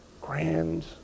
grand